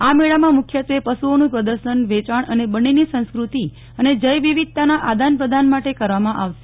આ મેળામાં મુખ્યત્વે પશુઓનું પ્રદર્શન વેચાણ અને બન્નીની સંસ્કૃતિ અને જૈવ વિવિધતાના આદાન પ્રદાન માટે કરવામાં આવશે